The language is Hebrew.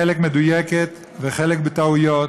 חלקה מדויקת וחלקה בטעויות.